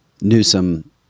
newsom